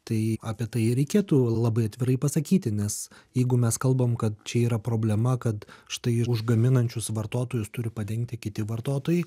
tai apie tai reikėtų labai atvirai pasakyti nes jeigu mes kalbam kad čia yra problema kad štai už gaminančius vartotojus turi padengti kiti vartotojai